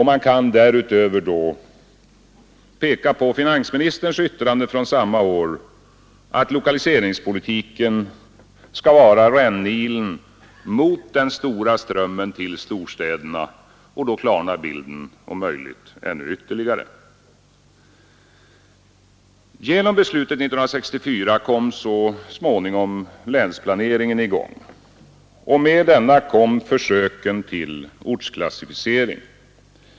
Man kan därutöver peka på finansministerns yttrande från samma år att lokaliseringspolitiken skall vara rännilen mot den stora strömmen till storstäderna och då klarnar bilden om möjligt ytterligare. Genom 1964 års beslut kom så småningom länsplaneringen i gång. Med denna kom försöken till ortsklassificering.